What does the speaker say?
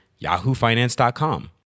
yahoofinance.com